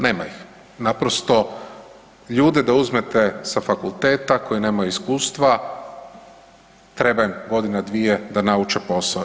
Nema ih, naprosto ljude da uzmete s fakulteta koji nemaju iskustva, treba im godinu dvije, da nauče posao.